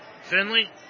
Finley